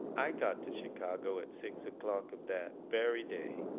i got to chicago at six o'clock of that very day.